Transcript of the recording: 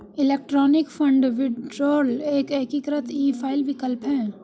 electronic fund withdrawal एक एकीकृत e file विकल्प है